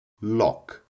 lock